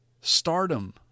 Stardom